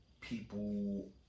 People